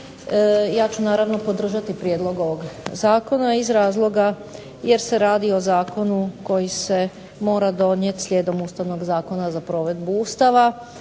Ja ću naravno podržati prijedlog ovog zakona iz razloga jer se radi o zakonu koji se mora donijeti slijedom Ustavnog zakona za provedbu Ustava